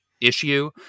issue